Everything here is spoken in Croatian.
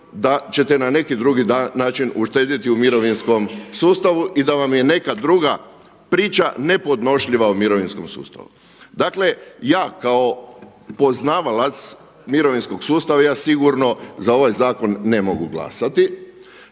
da ćete na neki drugi način uštedjeti u mirovinskom sustavu i da vam je neka druga priča nepodnošljiva u mirovinskom sustavu. Dakle ja kao poznavalac mirovinskog sustava ja sigurno za ovaj zakon ne mogu glasati.